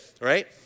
right